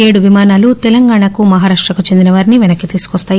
ఏడు విమానాలు తెలంగాణకు మహారాష్టకు చెందినవారిని వెనక్కి తీసుకుని వస్తాయి